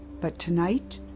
but tonight,